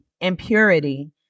impurity